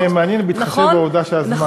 זה רעיון מעניין, בהתחשב בעובדה שהזמן תם.